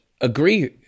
agree